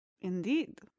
Indeed